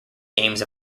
games